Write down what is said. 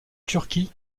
turquie